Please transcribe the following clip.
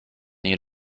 need